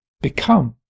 become